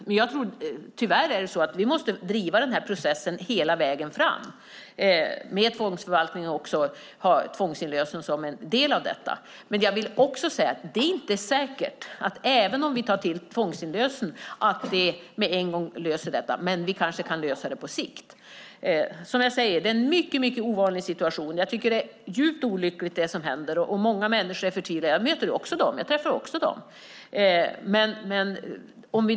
Men tyvärr måste vi driva processen hela vägen fram, med tvångsförvaltning och tvångsinlösen som en del av detta. Men det är inte säkert att även om vi tar till tvångsinlösen att problemet löses med en gång, men det kanske kan lösas på sikt. Det är en mycket ovanlig situation. Det som händer är djupt olyckligt. Många människor är förtvivlade. Jag träffar dem också.